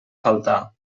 faltar